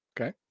okay